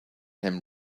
him